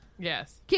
Yes